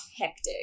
hectic